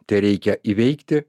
tereikia įveikti